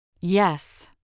Yes